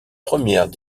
première